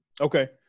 Okay